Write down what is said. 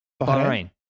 Bahrain